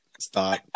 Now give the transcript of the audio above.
Stop